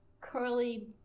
curly